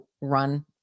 run